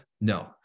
No